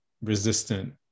resistant